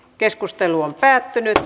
keskustelua ei syntynyt